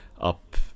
up